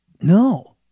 no